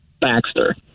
baxter